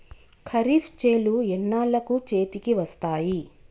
ఖరీఫ్ చేలు ఎన్నాళ్ళకు చేతికి వస్తాయి?